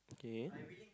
okay